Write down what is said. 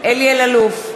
אלי אלאלוף,